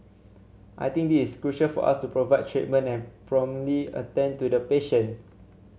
I think this crucial for us to provide treatment and promptly attend to the patient